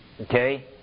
Okay